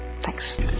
Thanks